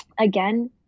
again